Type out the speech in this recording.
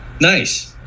Nice